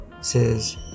says